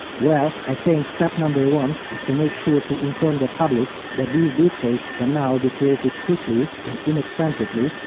well, i think step number one is to make sure to inform the public that these deepfakes can now be created quickly and inexpensively,